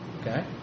okay